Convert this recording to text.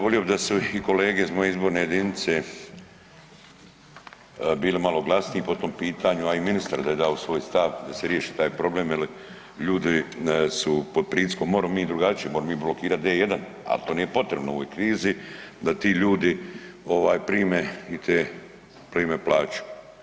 Volio bi da su i kolege iz moje izborne jedinice bili malo glasniji po tom pitanju, a i ministar da je dao svoj stav da se riješi taj problem jer ljudi su pod pritiskom, moremo mi i drugačije, moremo mi blokirati D1, al to nije potrebno u ovoj krizi, da ti ljudi ovaj prime i te, prime plaću.